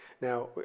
Now